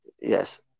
Yes